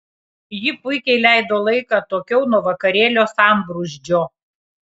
ji puikiai leido laiką atokiau nuo vakarėlio sambrūzdžio